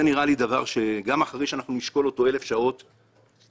זה דבר שגם אחרי שנשקול אלף שעות תהיינה